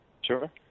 Sure